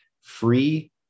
free